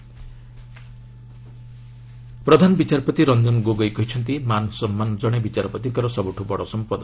CJI Gogoi ପ୍ରଧାନ ବିଚାରପତି ରଞ୍ଜନ ଗୋଗୋଇ କହିଛନ୍ତି ମାନ୍ସମ୍ମାନ ଜଣେ ବିଚାରପତିଙ୍କର ବଡ଼ ସମ୍ପଦ